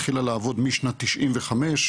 התחילה לעבוד משנת 95,